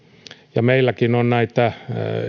ja meilläkin on näitä